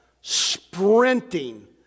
sprinting